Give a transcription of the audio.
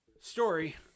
story